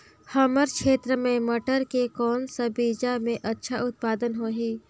हमर क्षेत्र मे मटर के कौन सा बीजा मे अच्छा उत्पादन होही?